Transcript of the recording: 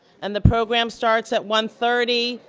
and the program starts at one thirty.